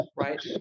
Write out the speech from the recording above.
Right